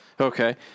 Okay